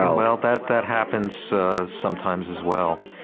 ah well, that that happens sometimes as well.